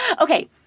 Okay